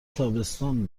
تابستان